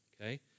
Okay